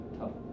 tough